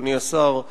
אדוני השר,